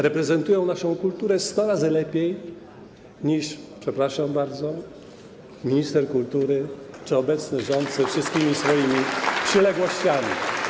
Reprezentują naszą kulturę 100 razy lepiej niż, przepraszam bardzo, minister kultury czy obecni rządzący ze wszystkimi swoimi przyległościami.